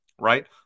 right